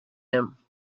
him